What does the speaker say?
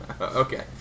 Okay